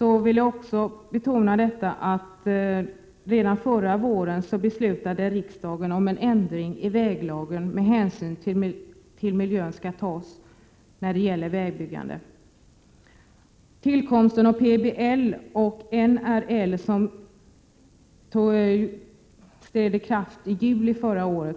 Låt mig nämna att riksdagen förra våren fattade beslut om en ändring i väglagen så att hänsyn skall tas till miljön vid vägbyggande. Tillkomsten av PBL och NRL i juli 1987